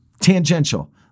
tangential